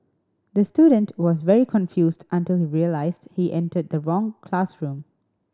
the student was very confused until he realised he entered the wrong classroom